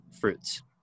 fruits